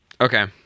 Okay